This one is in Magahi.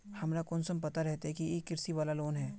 हमरा कुंसम पता रहते की इ कृषि वाला लोन है?